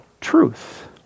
truth